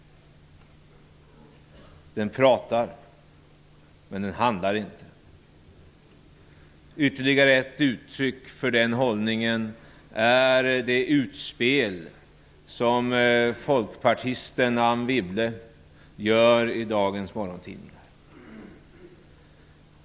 Den pratar, men den handlar inte. Ytterligare ett uttryck för den hållningen är det utspel som folkpartisten Anne Wibble gör i dagens morgontidning.